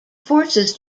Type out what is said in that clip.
forces